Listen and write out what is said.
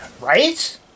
Right